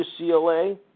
UCLA